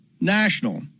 national